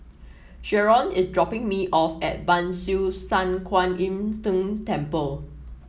Jaron is dropping me off at Ban Siew San Kuan Im Tng Temple